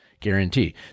guarantee